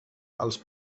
als